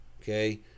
okay